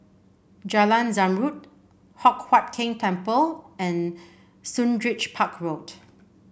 Jalan Zamrud Hock Huat Keng Temple and Sundridge Park Road